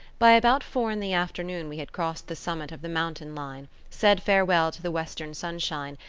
by about four in the afternoon we had crossed the summit of the mountain line, said farewell to the western sunshine,